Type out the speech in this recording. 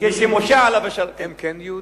לפי אמונתכם, הם כן יהודים?